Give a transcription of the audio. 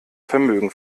vermögen